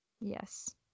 Yes